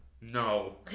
No